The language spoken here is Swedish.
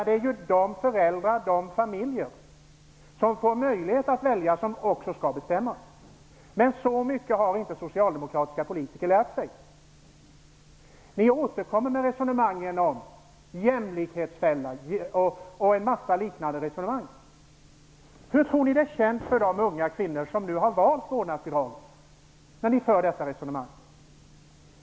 Det är de föräldrar och de familjer som får möjlighet att välja som också skall bestämma. Men så mycket har inte socialdemokratiska politiker lärt sig. Ni återkommer med resonemangen om en jämlikhetsfälla osv. Hur tror ni det känns för de unga kvinnor som nu har valt vårdnadsbidrag när ni för detta resonemang?